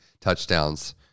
Touchdowns